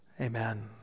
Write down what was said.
Amen